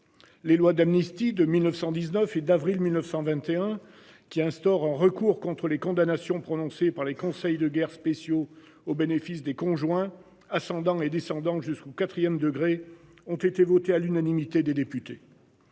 Les lois d'amnistie de 1919 et d'avril 1921 qui instaure un recours contre les condamnations prononcées par les conseils de guerre spéciaux au bénéfice des conjoints ascendants et descendants jusqu'au 4ème degré ont été voté à l'unanimité des députés.